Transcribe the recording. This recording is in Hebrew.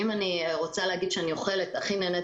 ואם אני רוצה להגיד שאני הכי נהנית